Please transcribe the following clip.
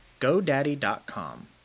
GoDaddy.com